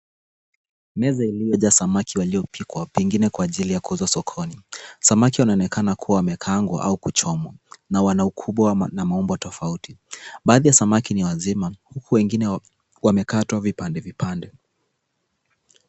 Meza iliyojaa samaki waliopikwa pengine kwa ajili ya kuuzwa sokoni. Samaki wanaonekana kuwa wamekaangwa au kuchomwa na wana ukubwa na maumbo tofauti. Baadhi ya samaki ni wazima huku wengine wamekatwa vipande vipande.